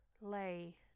lay